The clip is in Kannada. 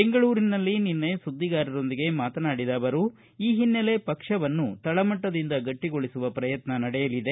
ಬೆಂಗಳೂರಿನಲ್ಲಿ ನಿನ್ನೆ ಸುದ್ದಿಗಾರರೊಂದಿಗೆ ಮಾತನಾಡಿದ ಅವರು ಈ ಹಿನ್ನೆಲೆ ಪಕ್ಷವನ್ನು ತಳಮಟ್ಟದಿಂದ ಗಟ್ಟಿಗೊಳಿಸುವ ಪ್ರಯತ್ನ ನಡೆಯಲಿದೆ